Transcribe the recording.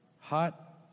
Hot